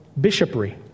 bishopry